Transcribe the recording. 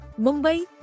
Mumbai